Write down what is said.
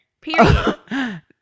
period